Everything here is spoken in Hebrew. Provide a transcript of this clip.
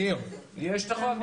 ניר, זהו.